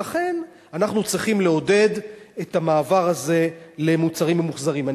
ולכן אנחנו צריכים לעודד את המעבר הזה למוצרים ממוחזרים.